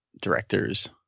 directors